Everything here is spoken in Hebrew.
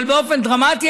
אבל באופן דרמטי,